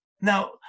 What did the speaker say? Now